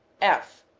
f.